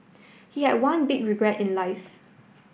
he had one big regret in life